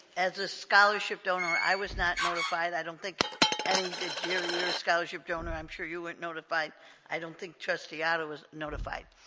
as a scholarship donor i was not notified i don't think and he did jerry you're a scholarship donor i'm sure you weren't notified i don't think chesty otter was notified